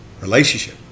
relationship